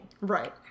Right